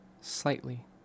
slightly